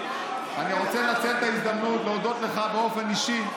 אני רוצה לנצל את ההזדמנות להודות לך באופן אישי,